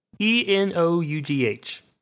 E-N-O-U-G-H